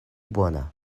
bona